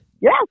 Yes